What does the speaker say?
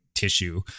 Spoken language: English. Tissue